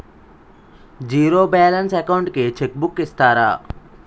Zero balance account కి cheque book ఇస్తారా?